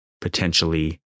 potentially